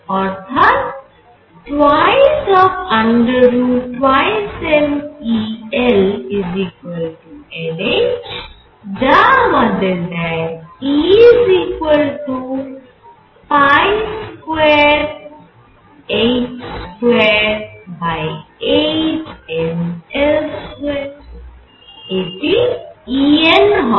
অর্থাৎ 22mE Lnh যা আমাদের দেয় En2h28mL2 এটি En হবে